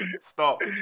stop